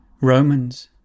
Romans